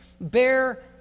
bear